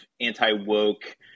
anti-woke